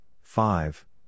five